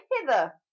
hither